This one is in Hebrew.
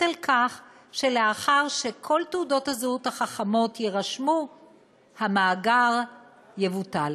שלאחר שכל תעודות הזהות החכמות יירשמו המאגר יבוטל.